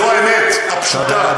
זו האמת הפשוטה,